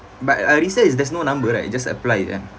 but I already say there is no number right just apply it eh